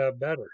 better